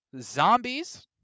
zombies